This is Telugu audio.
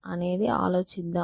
అనేది ఆలోచిద్దాం